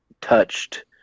touched